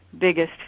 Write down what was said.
biggest